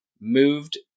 moved